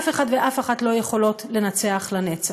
אף אחד ואף אחת לא יכולות לְנַצֵּחַ לָנֶצַח.